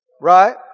Right